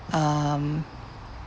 um